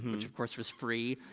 which of course was free,